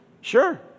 sure